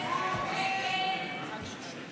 הסתייגות 19